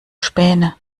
späne